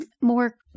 more